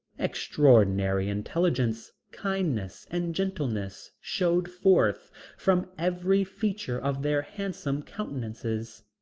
extraordinary intelligence, kindness and gentleness showed forth from every feature of their handsome countenances.